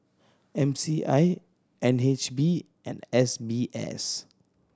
M C I N H B and S B S